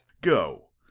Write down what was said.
Go